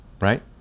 right